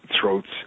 throats